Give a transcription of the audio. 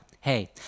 hey